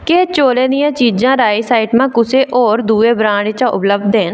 केह् चौलें दियां चीजां राइस आइटमां कुसै होर दुए ब्रांड च उपलब्ध हैन